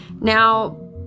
Now